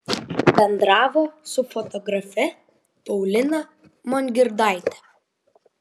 bendravo su fotografe paulina mongirdaite